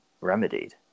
remedied